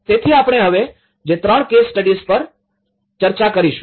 તેથી આપણે હવે જે ત્રણ કેસ સ્ટડીઝ પર ચર્ચા કરીશું